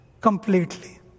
completely